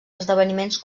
esdeveniments